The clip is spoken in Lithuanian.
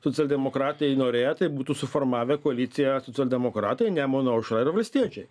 socialdemokratai norėję tai būtų suformavę koaliciją socialdemokratai nemuno aušra ir valstiečiai